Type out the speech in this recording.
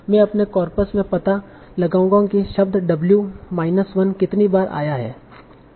मैं अपने कॉर्पस में पता लगाऊंगा कि शब्द w माइनस 1 कितनी बार आया है